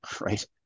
right